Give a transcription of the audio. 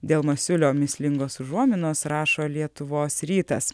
dėl masiulio mįslingos užuominos rašo lietuvos rytas